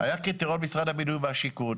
היה קריטריון של משרד הבינוי והשיכון,